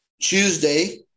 Tuesday